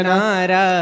Nara